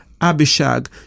Abishag